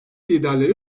liderleri